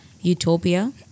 Utopia